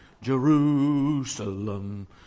Jerusalem